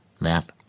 That